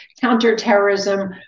counterterrorism